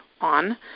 on